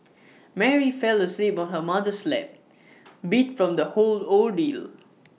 Mary fell asleep on her mother's lap beat from the whole ordeal